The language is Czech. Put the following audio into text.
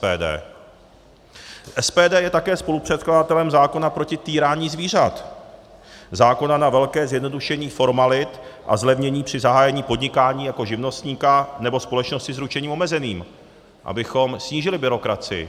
SPD je také spolupředkladatelem zákona proti týrání zvířat, zákona na velké zjednodušení formalit a zlevnění při zahájení podnikání jako živnostníka nebo společnosti s ručením omezeným, abychom snížili byrokracii.